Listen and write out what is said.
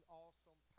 awesome